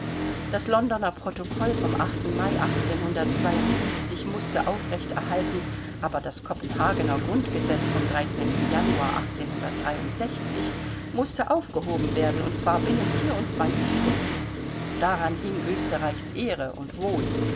das londoner protokoll vom mai mußte aufrecht erhalten aber das kopenhagener grundgesetz vom januar mußte aufgehoben werden und zwar binnen vierundzwanzig stunden daran hing österreichs ehre und wohl